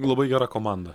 labai gera komanda